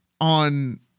on